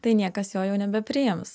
tai niekas jo jau nebepriims